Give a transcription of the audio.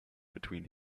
between